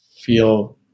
feel